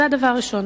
זה הדבר הראשון.